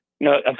No